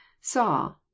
saw